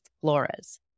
Flores